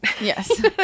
Yes